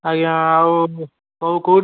ଆଜ୍ଞା ଆଉ କୋଉ କୋଉଠିକି ନେ